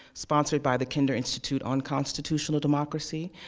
sponsored by the kinder institute on constitutional democracy.